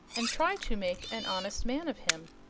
and try to make an honest man of him.